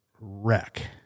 wreck